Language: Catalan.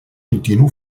continu